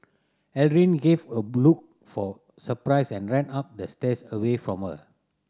Aldrin gave a of surprise and ran up the stairs away from her